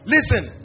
Listen